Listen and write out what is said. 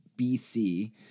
BC